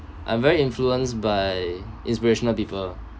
I'm very influenced by inspirational people